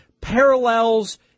parallels